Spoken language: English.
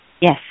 Yes